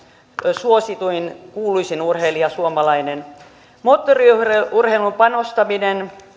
suosituin ja kuuluisin suomalainen urheilija moottoriurheiluun panostaminen